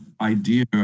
idea